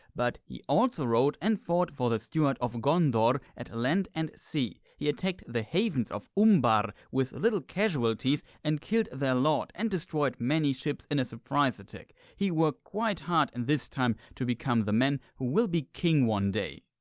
but he also rode and fought for the steward of gondor at land and sea. he attacked the havens of umbar with little casualties and killed their lord and destroyed many ships in a surprise attack. he worked quite hard in this time to become the man, who will be king one day.